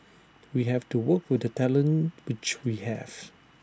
we have to work with the talent which we have